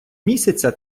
місяця